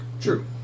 True